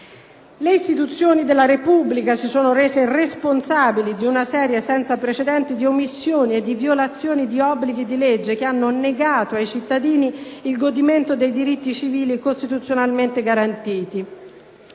Le istituzioni della Repubblica si sono rese responsabili di una serie senza precedenti di omissioni e violazioni di obblighi di legge che hanno negato ai cittadini il godimento dei diritti civili costituzionalmente garantiti.